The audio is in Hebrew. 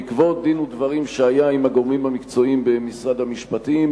בעקבות דין ודברים שהיה עם הגורמים המקצועיים במשרד המשפטים